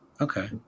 Okay